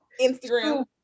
Instagram